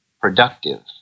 productive